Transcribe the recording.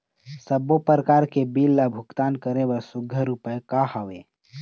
सबों प्रकार के बिल ला भुगतान करे बर सुघ्घर उपाय का हा वे?